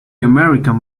american